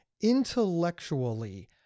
intellectually